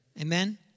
Amen